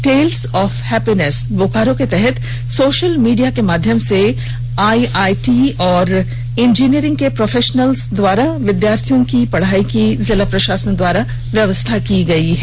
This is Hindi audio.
टेल्स ऑफ हैप्पीनेस बोकारो के तहत सोशल मीडिया के माध्यम से आईआईटी और इंजीनियरिंग के प्रोफेशनल्स द्वारा विद्यार्थियों को पढ़ाने की जिला प्रशासन द्वारा व्यवस्था की गई है